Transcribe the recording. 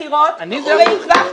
לזייף בחירות הגיעו לכאן כדי לעכב את